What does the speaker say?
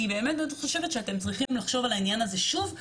אני באמת חושבת שאתם צריכים לחשוב על העניין הזה שוב.